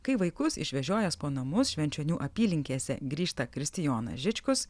kai vaikus išvežiojęs po namus švenčionių apylinkėse grįžta kristijonas žičkus